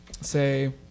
Say